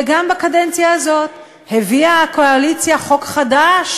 וגם בקדנציה הזאת הביאה הקואליציה חוק חדש